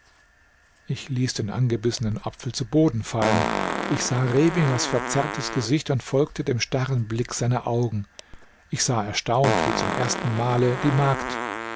ich ließ den angebissenen apfel zu boden fallen ich sah rebingers verzerrtes gesicht und folgte dem starren blick seiner augen ich sah erstaunt wie zum ersten male die magd